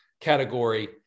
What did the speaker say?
category